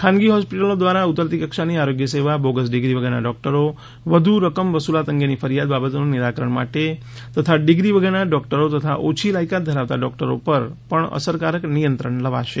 ખાનગી હોસ્પિટલો દ્વારા ઉતરતી કક્ષાની આરોગ્ય સેવા બોગસ ડિગ્રી વગરના ડોક્ટરો વધુ રકમ વસુલાત અંગેની ફરિયાદ બાબતોનું નિરાકરણ માટે તથા ડિગ્રી વગરના ડોક્ટરો તથા ઓછી લાયકાત ધરાવતા ડોક્ટરો પર પણ અસરકારક નિયંત્રણ લવાશે